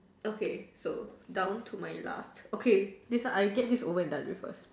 okay so down to my last okay this one I get this over and done with first